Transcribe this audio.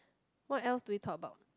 what else do we talk about